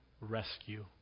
rescue